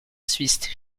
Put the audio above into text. suisse